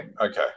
Okay